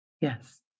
Yes